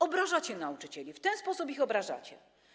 Obrażacie nauczycieli, w ten sposób ich obrażacie.